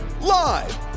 Live